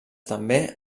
també